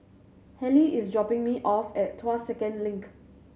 Halley is dropping me off at Tuas Second Link